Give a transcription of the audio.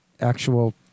actual